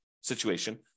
situation